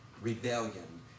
rebellion